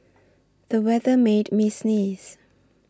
the weather made me sneeze